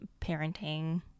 parenting